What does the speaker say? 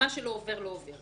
שלא עובר לא עובר,